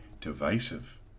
divisive